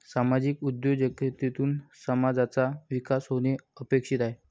सामाजिक उद्योजकतेतून समाजाचा विकास होणे अपेक्षित आहे